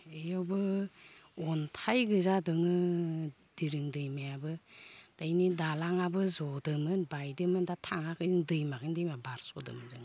ओयावबो अन्थाइ गोजा दोङो दिरिं दैमायाबो दा इनि दालाङाबो जदोमोन बायदोमोन दा थाङाखैनो दैमा बारस'दोमोन जोङो